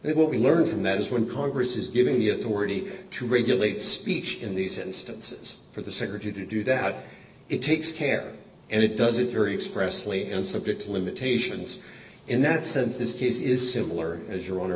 and what we learned from that is when congress is given the authority to regulate speech in these instances for the secretary to do that it takes care and it does it very expressly and subject to limitations in that sense this case is similar as your own